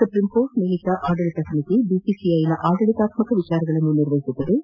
supreme court ನೇಮಿತ ಆಡಳಿತ ಸಮಿತಿ ಬಿಸಿಸಿಐನ ಆಡಳಿತಾತ್ತಕ ವಿಷಯಗಳನ್ನು ನಿರ್ವಹಿಸುತ್ತಿದ್ದು